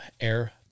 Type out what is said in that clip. air